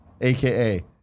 aka